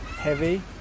Heavy